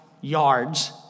yards